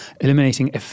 eliminating